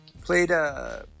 Played